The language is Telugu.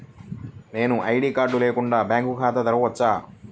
నేను ఐ.డీ కార్డు లేకుండా బ్యాంక్ ఖాతా తెరవచ్చా?